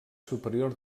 superior